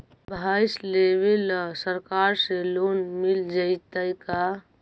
भैंस लेबे ल सरकार से लोन मिल जइतै का?